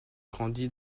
grandit